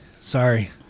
Sorry